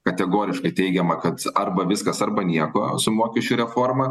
kategoriškai teigiama kad arba viskas arba nieko su mokesčių reforma